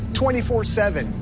twenty four seven,